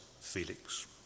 Felix